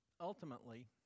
Ultimately